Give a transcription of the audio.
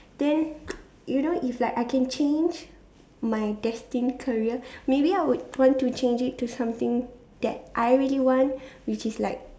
then you know if like I can change my destined career maybe I would want to change it to something that I really one which is like